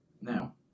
Now